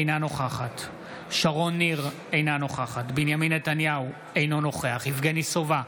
אינה נוכחת בנימין נתניהו, אינו נוכח יבגני סובה,